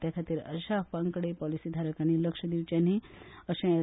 ते खातीर अश्या अफवांकडे पॉलिसीधारकांनी लक्ष दिवचे न्ही अशे एल